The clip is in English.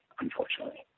unfortunately